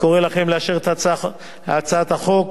אני קורא לכם לאשר את הצעת החוק